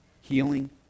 healing